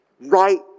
right